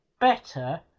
better